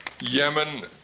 Yemen